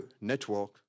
network